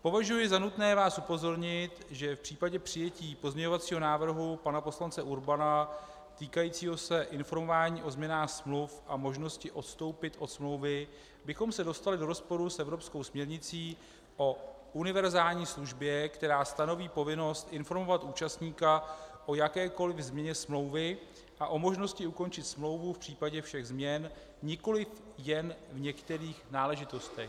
Považuji za nutné vás upozornit, že v případě přijetí pozměňovacího návrhu pana poslance Urbana týkajícího se informování o změnách smluv a možnosti odstoupit od smlouvy bychom se dostali do rozporu s evropskou směrnicí o univerzální službě, která stanoví povinnost informovat účastníka o jakékoli změně smlouvy a o možnosti ukončit smlouvu v případě všech změn, nikoli jen v některých náležitostech.